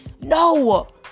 No